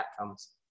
outcomes